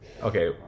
Okay